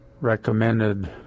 recommended